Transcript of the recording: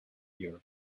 europe